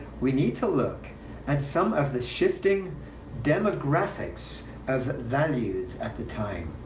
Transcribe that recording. we need to look and some of the shifting demographics of values at the time.